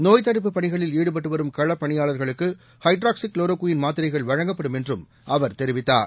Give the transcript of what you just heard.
நோய்த்தடுப்பு பணிகளில் ஈடுபட்டு வரும் களப்பணியாளர்களுக்கு ஹைட்ராக்சிகுளோரோகுயின் மாத்திரைகள் வழங்கப்படும் என்றும் அவர் தெரிவித்தார்